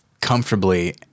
comfortably